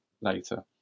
later